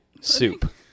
soup